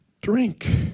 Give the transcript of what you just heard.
drink